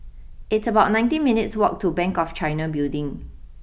it's about nineteen minutes' walk to Bank of China Building